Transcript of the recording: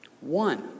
One